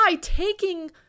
taking